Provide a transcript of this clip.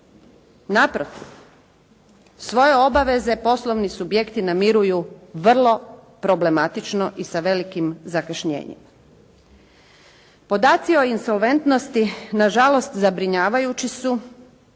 Naprotiv, svoje obaveze poslovni subjekti namiruju vrlo problematično i sa velikim zakašnjenjima. Podaci o insolventnosti na žalost zabrinjavajući su.